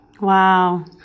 wow